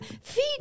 feed